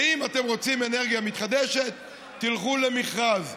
ואם אתם רוצים אנרגיה מתחדשת, תלכו למכרז.